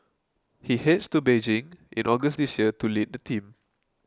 he heads to Beijing in August this year to lead the team